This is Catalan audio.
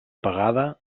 pagada